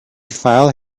file